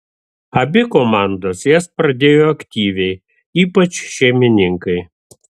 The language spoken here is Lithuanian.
abi komandos jas pradėjo aktyviai ypač šeimininkai